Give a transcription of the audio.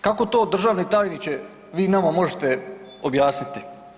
Kako to državni tajniče vi nama možete objasniti?